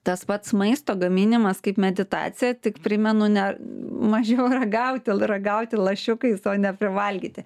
tas pats maisto gaminimas kaip meditacija tik primenu ne mažiau ragauti ragauti lašiukais o neprivalgyti